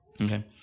Okay